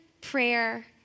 prayer